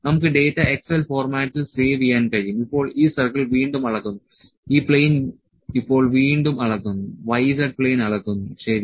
നമുക്ക് data Excel ഫോർമാറ്റിൽ save ചെയ്യാൻ കഴിയും ഇപ്പോൾ ഈ സർക്കിൾ വീണ്ടും അളക്കുന്നു ഈ പ്ലെയിൻ ഇപ്പോൾ വീണ്ടും അളക്കുന്നു y z പ്ലെയിൻ അളക്കുന്നു ശരി